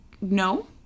no